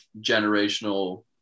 generational